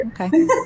Okay